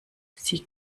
sie